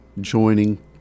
joining